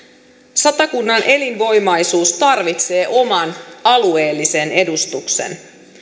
satakunnan elinvoimaisuus tarvitsee oman alueellisen edustuksen